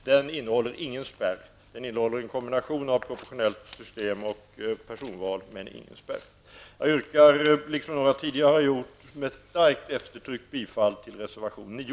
Det innebär en kombination av proportionellt system och personval men där finns ingen spärr. Jag yrkar, liksom några tidigare talare har gjort, med starkt eftertryck bifall till reservation 9.